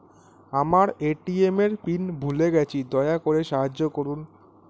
আমার এ.টি.এম এর পিন ভুলে গেছি, দয়া করে সাহায্য করুন